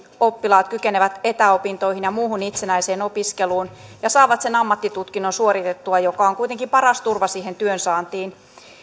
oppilaat kykenevät heikommin opiskeluvalmiuksin etäopintoihin ja muuhun itsenäiseen opiskeluun ja saavat suoritettua sen ammattitutkinnon joka on kuitenkin paras turva siihen työn saantiin